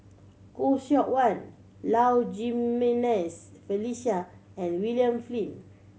Khoo Seok Wan Low Jimenez Felicia and William Flint